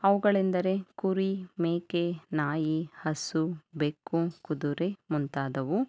ಅವುಗಳೆಂದರೆ ಕುರಿ ಮೇಕೆ ನಾಯಿ ಹಸು ಬೆಕ್ಕು ಕುದುರೆ ಮುಂತಾದವು